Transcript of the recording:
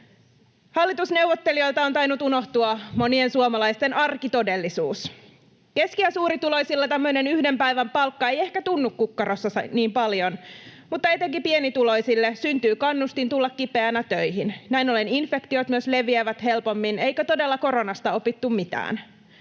Hallitusneuvottelijoilta on tainnut unohtua monien suomalaisten arkitodellisuus. Keski- ja suurituloisilla tämmöinen yhden päivän palkka ei ehkä tunnu kukkarossa niin paljon, mutta etenkin pienituloisille syntyy kannustin tulla kipeänä töihin. Näin ollen infektiot myös leviävät helpommin. Eikö todella koronasta opittu mitään?